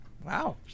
Wow